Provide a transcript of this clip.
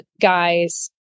guys